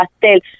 pastel